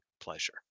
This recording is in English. pleasure